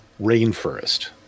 Rainforest